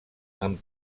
amb